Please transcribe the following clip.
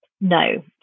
no